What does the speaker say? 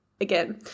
again